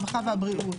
הרווחה והבריאות,